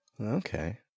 Okay